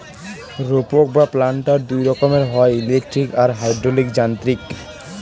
রোপক বা প্ল্যান্টার দুই রকমের হয়, ইলেকট্রিক আর হাইড্রলিক যান্ত্রিক